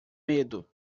medo